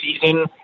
season